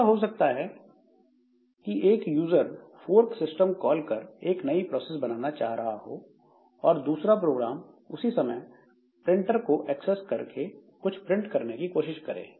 ऐसा हो सकता है कि एक यूज़र फोर्क सिस्टम कॉल कर एक नई प्रोसेस बनाना चाह रहा हो और दूसरा प्रोग्राम उसी समय प्रिंटर को एक्सेस कर कुछ प्रिंट करने की कोशिश करे